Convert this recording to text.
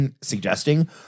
suggesting